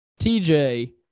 TJ